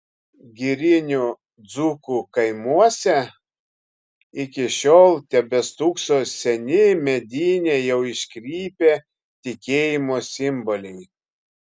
girinių dzūkų kaimuose iki šiol tebestūkso seni mediniai jau iškrypę tikėjimo simboliai